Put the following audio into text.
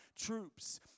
Troops